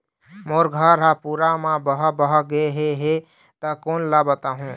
मोर घर हा पूरा मा बह बह गे हे हे ता कोन ला बताहुं?